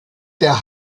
der